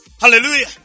Hallelujah